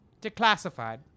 declassified